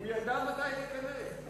הוא ידע מתי להיכנס.